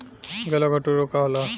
गलघोटू रोग का होला?